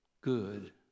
good